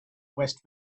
west